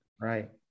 Right